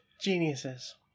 Geniuses